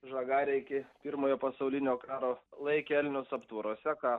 žagarę iki pirmojo pasaulinio karo laikė elnius aptvaruose ką